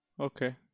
Okay